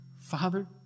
Father